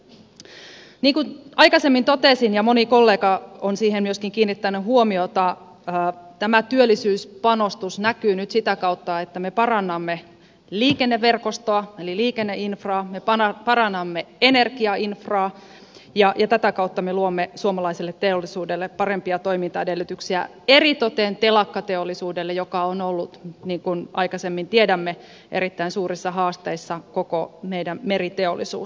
niin kuin aikaisemmin totesin ja moni kollega on siihen myöskin kiinnittänyt huomiota tämä työllisyyspanostus näkyy nyt sitä kautta että me parannamme liikenneverkostoa eli liikenneinfraa me parannamme energiainfraa ja tätä kautta me luomme suomalaiselle teollisuudelle parempia toimintaedellytyksiä eritoten telakkateollisuudelle joka on ollut niin kuin tiedämme erittäin suurissa haasteissa koko meidän meriteollisuus